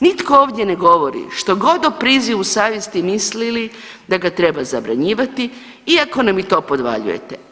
Nitko ovdje ne govori što god o prizivu savjesti mislili da ga treba zabranjivati iako nam i to podvaljujete.